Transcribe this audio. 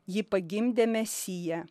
ji pagimdė mesiją